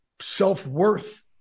self-worth